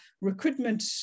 recruitment